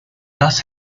thus